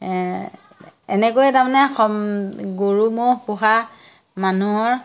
এনেকৈয়ে তাৰমানে সম গৰু ম'হ পোহা মানুহৰ